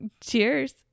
cheers